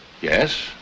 Yes